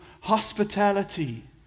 hospitality